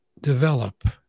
develop